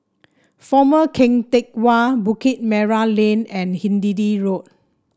Former Keng Teck Whay Bukit Merah Lane and Hindhede Walk